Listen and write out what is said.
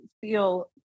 feel